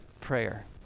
prayer